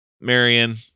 Marion